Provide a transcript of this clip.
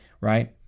right